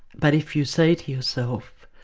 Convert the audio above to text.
but if you say to yourself,